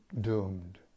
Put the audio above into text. doomed